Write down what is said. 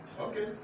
Okay